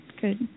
Good